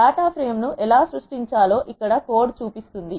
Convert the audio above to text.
data frame ను ఎలా సృష్టించాలో ఇక్కడ కోడ్ చూపిస్తుంది